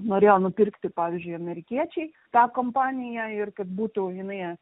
norėjo nupirkti pavyzdžiui amerikiečiai tą kompaniją ir kad būtų jinai